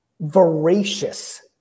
voracious